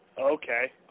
Okay